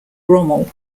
rommel